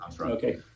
okay